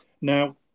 Now